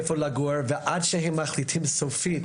היכן הם יגורו ועד שהם מחליטים סופית